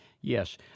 Yes